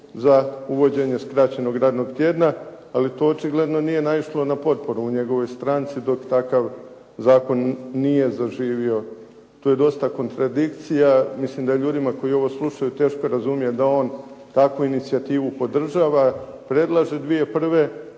za uvođenje skraćenog radnog tjedna a to očigledno nije naišlo na potporu u njegovoj stranci dok takav zakon nije zaživio. Tu je dosta kontradikcija. Mislim da je ljudima koji ovo slušaju teško razumjeti da on takvu inicijativu podržava. Predlaže 2001. a